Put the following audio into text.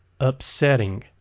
upsetting